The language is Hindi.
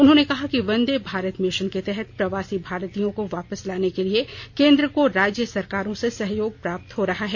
उन्होंने कहा कि वंदे भारत मिषन के तहत प्रवासी भारतीयों को वापस लाने के लिए केंद्र को राज्य सरकारों से सहयोग प्राप्त हो रहा है